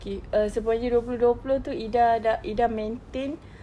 okay err sebelum ini dua puluh dua puluh itu ida dah ida maintain